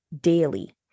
daily